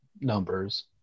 numbers